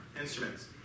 instruments